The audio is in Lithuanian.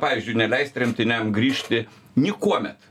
pavyzdžiui neleist tremtiniam grįžti nikuomet